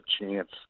chance